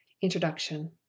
Introduction